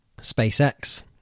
SpaceX